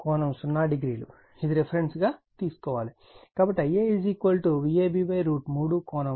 కాబట్టి Vab 210 ∠0o ఇది reference గా తీసుకోవాలి